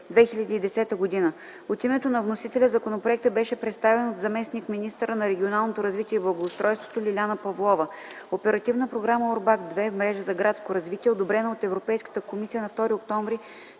2010 г. От името на вносителя законопроекта беше представен от заместник-министъра на регионалното развитие и благоустройството Лиляна Павлова. Оперативна програма „УРБАКТ II” „Мрежа за градско развитие” е одобрена от Европейската комисия на 2 октомври